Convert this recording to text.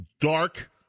dark